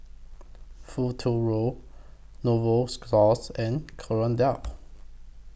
Futuro Novosource and Kordel's